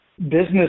Business